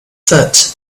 foot